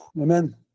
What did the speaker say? Amen